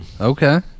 Okay